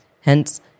Hence